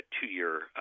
two-year